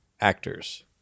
actors